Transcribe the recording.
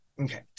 okay